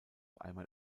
einmal